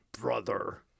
Brother